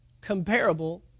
Comparable